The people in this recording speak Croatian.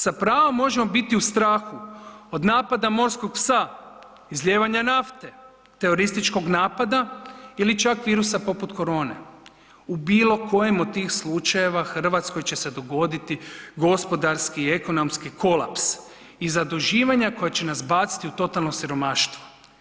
Sa pravom možemo biti u strahu od napada morskog psa, izlijevanja nafte, terorističkog napada ili čak virusa poput korone u bilo kojem od tih slučajeva Hrvatskoj će se dogoditi gospodarski i ekonomski kolaps i zaduživanja koja će nas baciti u totalno siromaštvo.